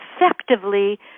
effectively